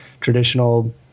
traditional